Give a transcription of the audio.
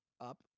up